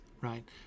right